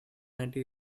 anti